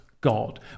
god